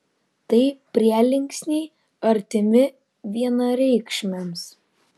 tai prielinksniai artimi vienareikšmiams